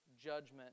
judgment